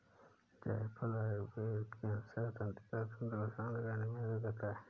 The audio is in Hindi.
जायफल आयुर्वेद के अनुसार तंत्रिका तंत्र को शांत करने में मदद करता है